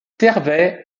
servait